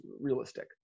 realistic